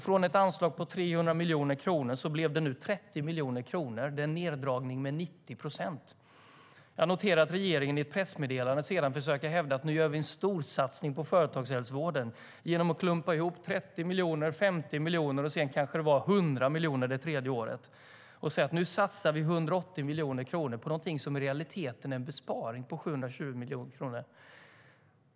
Från ett anslag på 300 miljoner kronor blev det nu 30 miljoner kronor, en neddragning med 90 procent. Jag noterar att regeringen i ett pressmeddelande sedan försöker hävda att man nu gör en storsatsning på företagshälsovården genom att klumpa ihop 30 miljoner, 50 miljoner och sedan kanske det var 100 miljoner det tredje året. Man säger att man satsar 180 miljoner kronor, men i realiteten är det en besparing på 120 miljoner kronor.